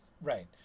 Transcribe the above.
Right